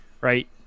right